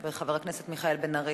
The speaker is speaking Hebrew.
חבר הכנסת מיכאל בן-ארי,